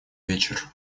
вечер